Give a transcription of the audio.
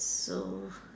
so